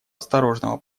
осторожного